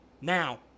Now